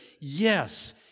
yes